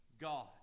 God